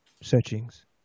searchings